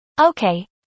Okay